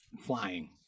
Flying